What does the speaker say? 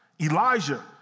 Elijah